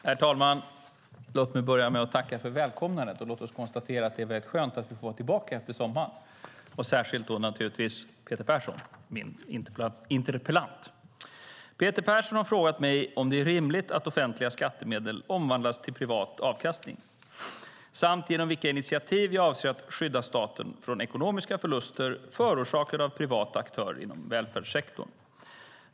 Herr talman! Låt mig börja med att konstatera att det är skönt att vara tillbaka efter sommaren. Peter Persson har frågat mig om det är rimligt att offentliga skattemedel omvandlas till privat avkastning och genom vilka initiativ jag avser att skydda staten från ekonomiska förluster förorsakade av privata aktörer inom välfärdssektorn.